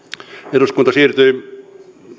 eduskunta siirtyi